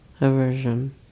aversion